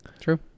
True